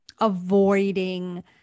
avoiding